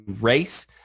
race